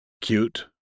cute